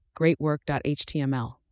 greatwork.html